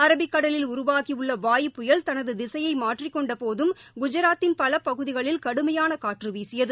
அரபிக்கடலில் உருவாகிய வாயு புயல் தனது திசையை மாற்றிக் கொண்ட போதும் குஜாத்தின் பல பகுதிகளில் கடுமையான காற்று வீசியது